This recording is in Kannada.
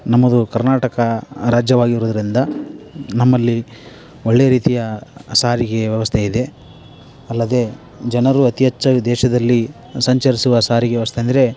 ನಮ್ಮದು ಕರ್ನಾಟಕ ರಾಜ್ಯವಾಗಿರುವುದ್ರಿಂದ ನಮ್ಮಲ್ಲಿ ಒಳ್ಳೆಯ ರೀತಿಯ ಸಾರಿಗೆ ವ್ಯವಸ್ಥೆ ಇದೆ ಅಲ್ಲದೆ ಜನರು ಅತಿ ಹೆಚ್ಚಾಗ್ ದೇಶದಲ್ಲಿ ಸಂಚರಿಸುವ ಸಾರಿಗೆ ವ್ಯವಸ್ಥೆ ಅಂದರೆ